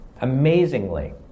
Amazingly